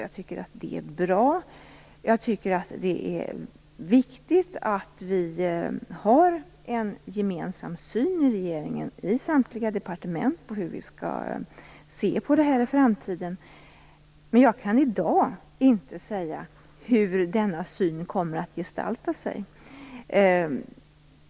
Jag tycker att det är bra, och att det är viktigt att vi har en gemensam syn i regeringen - i samtliga departement - på hur vi skall se på detta i framtiden. Men jag kan i dag inte säga hur denna syn kommer att gestalta sig.